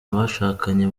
abashakanye